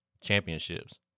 championships